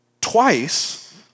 twice